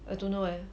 I don't know eh